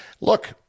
Look